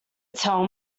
tell